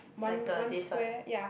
one one square ya